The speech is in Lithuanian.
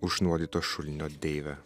užnuodyto šulinio deive